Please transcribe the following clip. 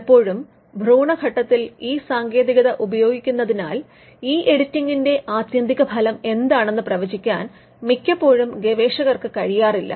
പലപ്പോഴും ഭ്രൂണഘട്ടത്തിൽ ഈ സാങ്കേതികത ഉപയോഗിക്കുന്നതിനാൽ ഈ എഡിറ്റിംഗിന്റെ ആത്യന്തിക ഫലം എന്താണെന്ന് പ്രവചിക്കാൻ മിക്കപ്പോഴും ഗവേഷകർക്ക് കഴിയാറില്ല